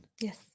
Yes